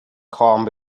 calm